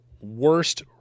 worst